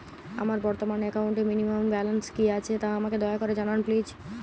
আমার বর্তমান একাউন্টে মিনিমাম ব্যালেন্স কী আছে তা আমাকে দয়া করে জানান প্লিজ